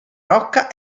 rocca